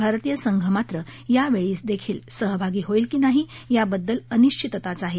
भारतीय संघ मात्र या खेपेलाही सहभागी होईल की नाही याबददल अनिश्चितताच आहे